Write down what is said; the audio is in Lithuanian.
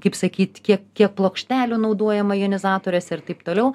kaip sakyt kiek kiek plokštelių naudojama jonizatoriuose ir taip toliau